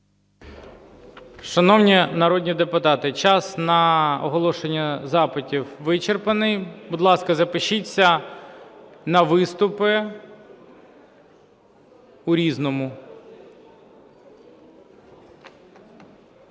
Шановні народні депутати, час на оголошення запитів вичерпаний. Будь ласка, запишіться на виступи у "Різному".